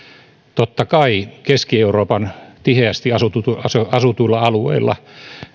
totta kai keski euroopan tiheästi asutuilla asutuilla alueilla